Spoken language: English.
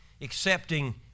accepting